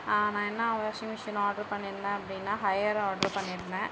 நான் என்ன washing machine order பண்ணியிருந்தேன் அப்படின்னா ஹையர் ஆர்டர் பண்ணியிருந்தேன்